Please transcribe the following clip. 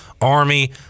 Army